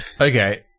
Okay